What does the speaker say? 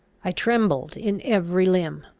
i trembled in every limb.